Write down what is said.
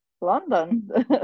London